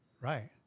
Right